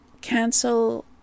cancel